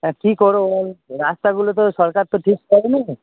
হ্যাঁ কী করবো বল রাস্তাগুলো তো সরকার তো ঠিক করে নি